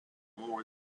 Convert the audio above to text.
more